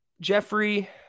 Jeffrey